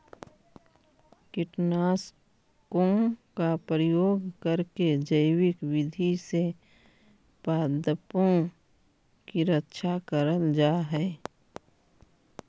कीटनाशकों का प्रयोग करके जैविक विधि से पादपों की रक्षा करल जा हई